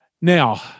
Now